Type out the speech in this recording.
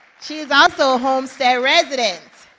she is also a homestead resident.